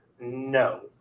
No